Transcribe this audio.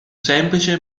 semplice